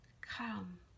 Come